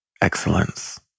excellence